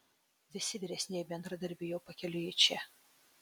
visi vyresnieji bendradarbiai jau pakeliui į čia